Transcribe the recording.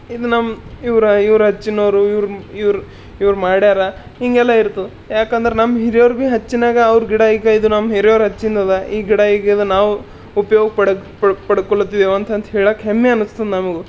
ಇದು ನಮ್ಮ ಇವ್ರು ಇವರು ಹಚ್ಚಿದೋರು ಇವರು ಇವ್ರು ಇವ್ರು ಮಾಡ್ಯಾರ ಹೀಗೆಲ್ಲ ಇರ್ತು ಏಕೆಂದ್ರೆ ನಮ್ಮ ಹಿರ್ಯರ್ಗೆ ಹೆಚ್ಚಿನಾಗ ಅವ್ರ ಗಿಡ ಈಗ ಇದು ನಮ್ಮ ಹಿರಿಯರು ಹಚ್ಚಿದ್ದದ ಈ ಗಿಡ ಈಗ ನಾವು ಉಪಯೋಗ ಪಡ್ಕೊಳ್ಳುತ್ತಿದ್ದೇವೆ ಅಂತ ಹೇಳೋಕ್ಕೆ ಹೆಮ್ಮೆ ಅನ್ನಿಸ್ತು ನಮಗೂ